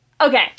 okay